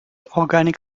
organic